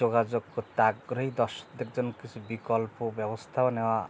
যোগাযোগ করতে আগ্রহী দর্শকদের জন্য কিছু বিকল্প ব্যবস্থাও নেওয়া